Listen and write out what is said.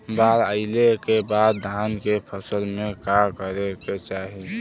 बाढ़ आइले के बाद धान के फसल में का करे के चाही?